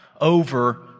Over